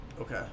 Okay